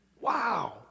Wow